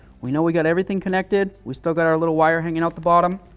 we know we got everything connected. we still got our little wire hanging off the bottom,